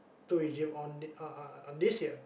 took on the on on this year